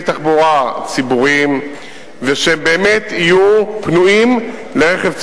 תחבורה ציבוריים שבאמת יהיו פנויים לרכב ציבורי.